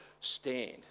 stand